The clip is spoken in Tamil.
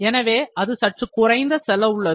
எனவே அது சற்று குறைந்த செல்லவுள்ளது